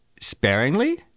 sparingly